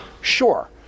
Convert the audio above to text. Sure